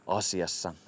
asiassa